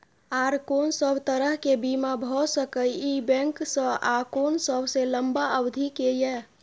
आर कोन सब तरह के बीमा भ सके इ बैंक स आ कोन सबसे लंबा अवधि के ये?